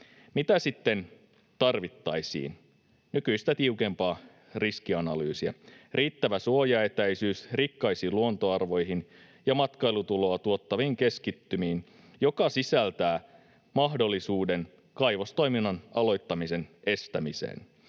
Mitä sitten tarvittaisiin? Nykyistä tiukempaa riskianalyysiä, riittävä suojaetäisyys rikkaisiin luontoarvoihin ja matkailutuloa tuottaviin keskittymiin, mikä sisältää mahdollisuuden kaivostoiminnan aloittamisen estämiseen,